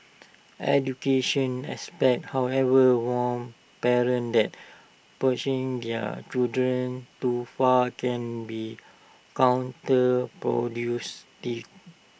education aspect however warn parents that pushing their children too far can be counter produce